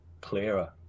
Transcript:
clearer